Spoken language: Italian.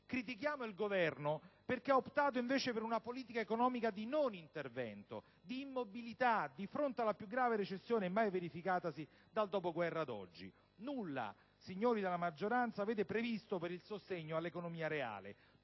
Critichiamo il Governo perché ha optato invece per una politica economica di non intervento e di immobilità di fronte alla più grave recessione mai verificatasi dal dopoguerra ad oggi. Nulla, signori della maggioranza, avete previsto per il sostegno all'economia reale: